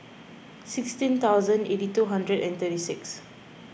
sixteen thousand eighty two hundred and thirty six